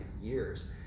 years